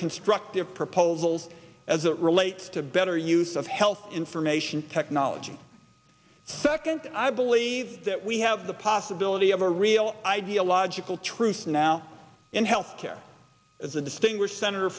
constructive proposals as it relates to better use of health information technology second i believe that we have the possibility of a real ideological truce now in health care as the distinguished senator